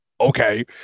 Okay